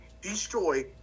destroy